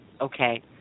Okay